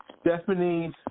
Stephanie